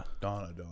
Donna